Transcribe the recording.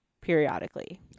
periodically